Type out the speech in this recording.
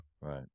Right